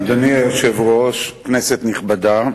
אדוני היושב-ראש, כנסת נכבדה,